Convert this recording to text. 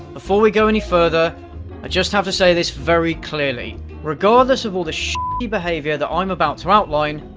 before we go any further, i just have to say this very clearly regardless of all the s-ty behaviour that i'm about to outline,